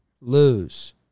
lose